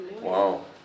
Wow